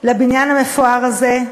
לבניין המפואר הזה,